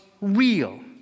real